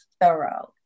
thorough